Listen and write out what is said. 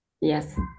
yes